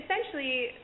essentially